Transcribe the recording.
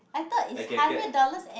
I can get